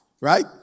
right